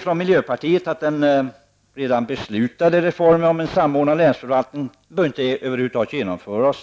Från miljöpartiet säger man att den redan beslutade reformen om en samordnad länsförvaltning inte bör genomföras.